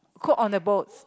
cook on the boats